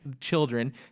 children